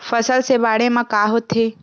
फसल से बाढ़े म का होथे?